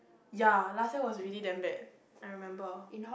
ya last time was really damn bad I remember